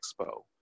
expo